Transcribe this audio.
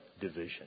division